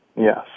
Yes